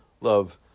love